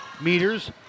meters